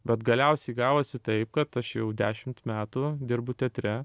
bet galiausiai gavosi taip kad aš jau dešimt metų dirbu teatre